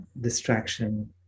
distraction